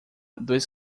dois